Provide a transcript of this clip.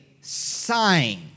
sign